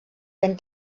ben